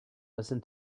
listen